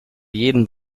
jeden